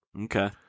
Okay